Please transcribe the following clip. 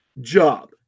job